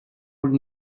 would